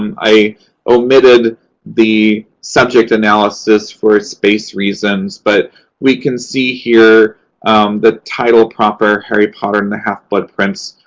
um i omitted the subject analysis for space reasons, but we can see here the title proper, harry potter and the half-blood prince,